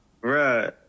Right